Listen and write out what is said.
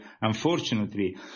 unfortunately